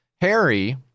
Harry